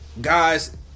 guys